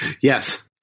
Yes